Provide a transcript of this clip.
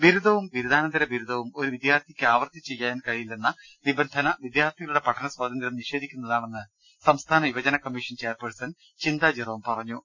ബിരുദവും ബിരുദാനന്തര ബിരുദവും ഒരു വിദ്യാർഥിക്ക് ആവർത്തിച്ച് ചെയ്യാൻ കഴിയില്ലെന്ന് നിബന്ധന വിദ്യാർത്ഥികളുടെ പഠന സ്വാതന്ത്ര്യം നിഷേധിക്കുന്നതാണെന്ന് സംസ്ഥാന യുവജന കമ്മീഷൻ ചെയർപേഴ്സൺ ചിന്ത ജെറോം പറഞ്ഞു